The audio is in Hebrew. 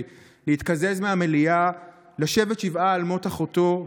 להתקזז במליאה כדי לשבת שבעה על מות אחותו,